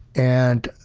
and,